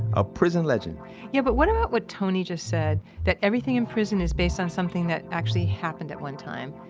a prison legend yeah, but what about what tony just said that everything in prison is based on something that actually happened at one time.